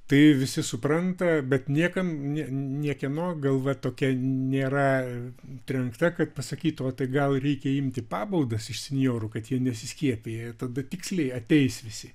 tai visi supranta bet niekam ne niekieno galva tokia nėra trenkta kad pasakytų o tai gal reikia imti pabaudas iš senjorų kad jie nesiskiepija bet tiksliai ateis visi